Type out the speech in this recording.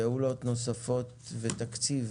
פעולות נוספות ותקציב